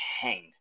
hang